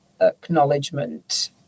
acknowledgement